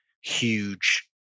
huge